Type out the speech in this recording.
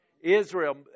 Israel